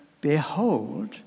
behold